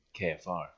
Kfr